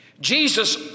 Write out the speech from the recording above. Jesus